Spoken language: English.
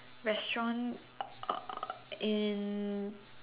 restaurant uh in